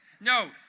No